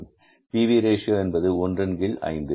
B V ratio PV Ratio என்பது ஒன்றின் கீழ் 5